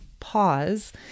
pause